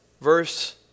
Verse